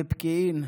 בפקיעין.